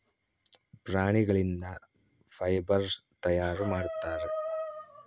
ಪ್ರಾಣಿಗಳಿಂದ ಫೈಬರ್ಸ್ ತಯಾರು ಮಾಡುತ್ತಾರೆ